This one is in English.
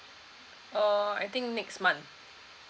uh I think next month